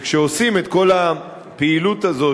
כשעושים את כל הפעילות הזאת,